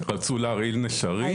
רצו להרעיל נשרים?